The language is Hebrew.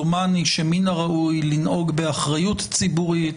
דומני שמן הראוי לנהוג באחריות ציבורית,